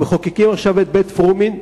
אנחנו מחוקקים עכשיו באשר לבית-פרומין,